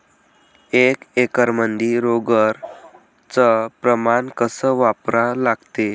एक एकरमंदी रोगर च प्रमान कस वापरा लागते?